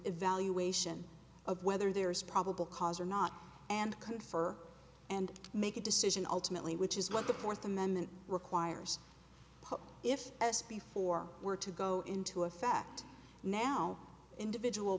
evaluation of whether there is probable cause or not and could for and make a decision ultimately which is what the fourth amendment requires if s b four were to go into effect now individual